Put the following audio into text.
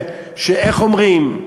איך אומרים,